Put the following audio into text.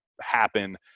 happen